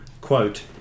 quote